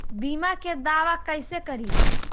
बीमा के दावा कैसे करी?